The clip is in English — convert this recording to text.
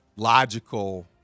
logical